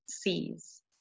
sees